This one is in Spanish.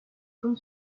con